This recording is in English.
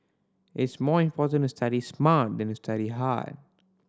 it's more important to study smart than to study hard